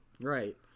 Right